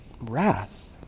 wrath